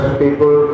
people